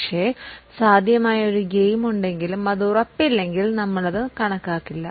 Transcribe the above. പക്ഷേ സാധ്യമായ ഒരു ഗെയിം ഉണ്ടെങ്കിലും അത് ഉറപ്പില്ലെങ്കിൽ ഞങ്ങൾ അത് കണക്കാക്കില്ല